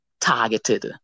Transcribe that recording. targeted